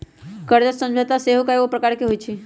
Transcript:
कर्जा समझौता सेहो कयगो प्रकार के होइ छइ